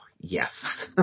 yes